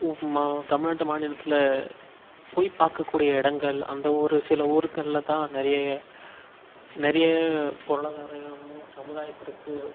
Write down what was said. தமிழ்நாட்டு மாநிலத்தில் போய் பார்க்க கூடிய இடங்கள் அந்த ஊர் சில ஊருகளில் தான் நிறைய நிறைய பொருளாதாரமும் சமுதாயத்திற்கு